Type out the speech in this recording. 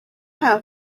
how